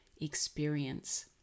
experience